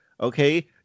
okay